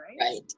right